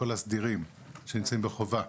כל הסדירים שנמצאים בחובה,